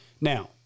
Now